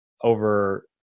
over